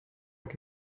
can